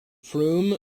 frome